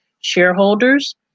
Shareholders